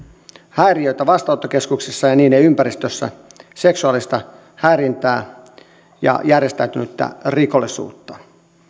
häiriöitä vastaanottokeskuksissa ja niiden ympäristössä seksuaalista häirintää ja järjestäytynyttä rikollisuutta